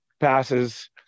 passes